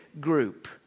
group